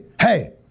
hey